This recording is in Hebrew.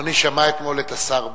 אדוני שמע אתמול את השר בגין,